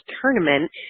tournament